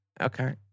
Okay